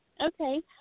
Okay